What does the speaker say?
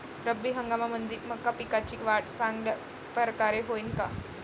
रब्बी हंगामामंदी मका पिकाची वाढ चांगल्या परकारे होईन का?